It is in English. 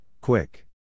quick